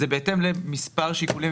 זה בהתאם למספר שיקולים,